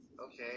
Okay